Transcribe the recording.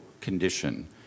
condition